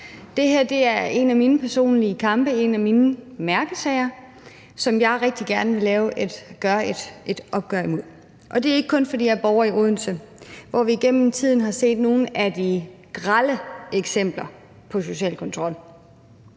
Det her er en af mine personlige kampe, en af mine mærkesager, som jeg rigtig gerne tager et opgør med. Og det er ikke kun, fordi jeg er borger i Odense, hvor vi igennem tiden har set nogle af de grelle eksempler på social kontrol.